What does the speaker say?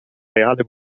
reale